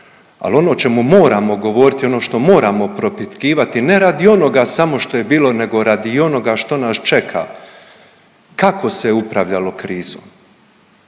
ali ono o čemu moramo govoriti i ono što moramo propitkivati, ne radi onoga samo što je bilo, nego radi onoga što nas čeka, kako se upravljalo krizom,